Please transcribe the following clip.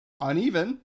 uneven